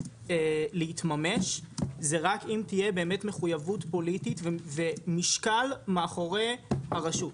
להתממש זה רק אם תהיה באמת מחויבות פוליטית ומשקל מאחורי הרשות.